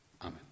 Amen